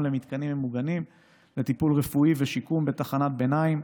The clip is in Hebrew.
למתקנים מוגנים לטיפול רפואי ושיקום בתחנת ביניים